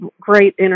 great